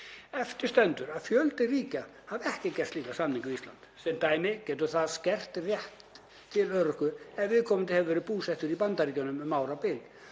Eftir stendur að fjöldi ríkja hefur ekki gert slíka samninga við Ísland. Sem dæmi getur það skert rétt til örorku ef viðkomandi hefur verið búsettur í Bandaríkjunum um árabil,